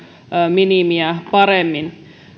minimiä paremmin